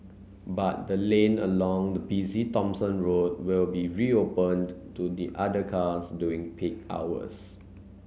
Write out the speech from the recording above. but the lane along the busy Thomson Road will be reopened to the other cars during peak hours